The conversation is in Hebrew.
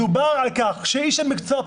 מדובר על כך שאיש המקצוע,